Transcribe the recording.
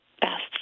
best